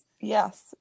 Yes